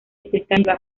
estrictamente